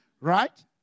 right